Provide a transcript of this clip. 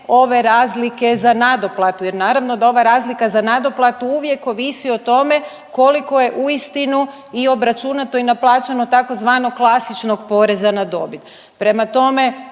ove razlike za nadoplatu jer naravno da ova razlika za nadoplatu uvijek ovisi o tome koliko je uistinu i obračunato i naplaćeno tzv. klasičnog poreza na dobit.